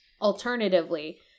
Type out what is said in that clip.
Alternatively